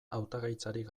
hautagaitzarik